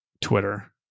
Twitter